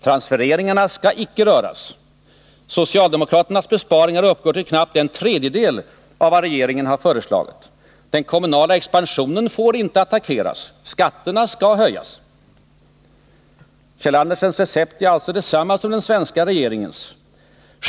Transfereringarna skall inte röras. Socialdemokraternas besparingar uppgår till knappt en tredjedel av vad regeringen har föreslagit. Den kommunala expansionen får inte attackeras. Skatterna skall höjas. Kjeld Andersens recept är alltså detsamma som den svenska regeringens.